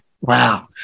wow